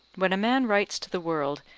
when a man writes to the world,